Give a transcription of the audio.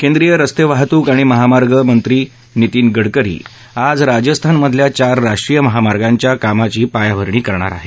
केंद्रीय रस्ते वाहतूक आणि महामार्ग मंत्री नितीन गडकरी आज राजस्थानमधल्या चार राष्ट्रीय महामार्गांच्या कामाची पायाभरणी करणार आहेत